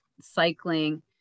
cycling